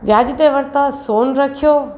व्याज ते वरिता सोन रखियो